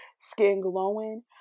skin-glowing